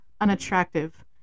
unattractive